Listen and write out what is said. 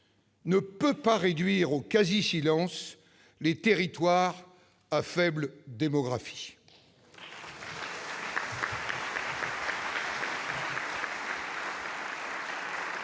ne doit pas réduire au quasi-silence les territoires à faible démographie.